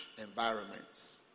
environments